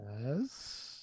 Yes